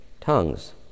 tongues